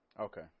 okay